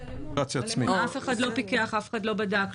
אף אחד לא פיקח ולא בדק,